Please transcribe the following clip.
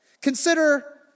Consider